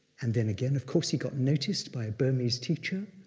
and then again of course he got noticed by a burmese teacher,